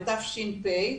בתש"פ,